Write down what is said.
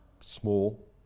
small